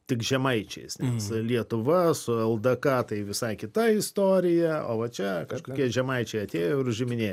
tik žemaičiais nes lietuva su ldk tai visai kita istorija o va čia kažkokie žemaičiai atėjo ir užiminėja